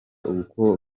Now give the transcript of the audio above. uko